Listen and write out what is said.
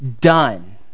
done